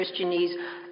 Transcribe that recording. Christianese